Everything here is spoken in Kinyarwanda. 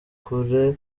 kure